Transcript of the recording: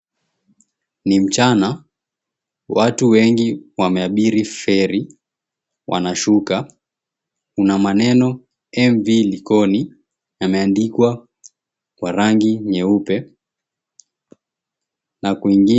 Ni mchana. Watu wengi wameabiri ferry wanashuka. Kuna maneno MV LIKONI imeandikwa kwa rangi nyeupe na kwingine.